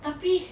tapi